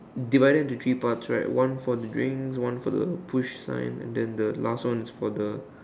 divide to the three parts right one for the drink one for the push sign and then the last one for the